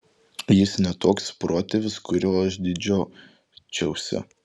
jis ne toks protėvis kuriuo aš didžiuočiausi